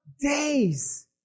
days